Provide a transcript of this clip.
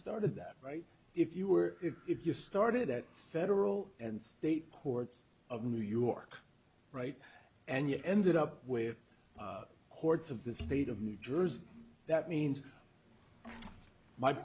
started that right if you were if you started at federal and state ports of new york right and you ended up with hordes of the state of new jersey that means m